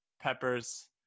peppers